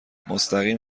مستقیم